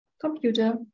computer